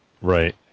right